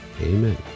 Amen